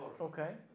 Okay